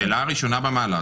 השאלה הראשונה במעלה,